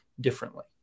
differently